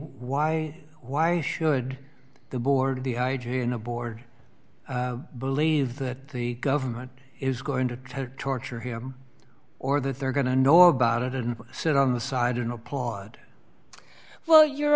why why should the board of the i g in a board believe that the government is going to torture him or that they're going to know about it and sit on the side and applaud well you